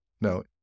No